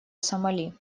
сомали